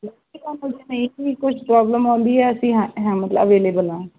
ਕੀ ਕੁਛ ਪ੍ਰੋਬਲਮ ਆਉਂਦੀ ਐ ਅਸੀਂ ਮਤਲਬ ਅਵੇਲੇਵਲ ਆ